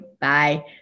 Bye